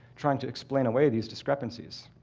trying to explain away these discrepancies.